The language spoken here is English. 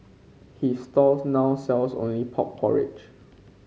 his stall now sells only pork porridge